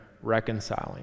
reconciling